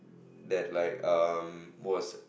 that like um was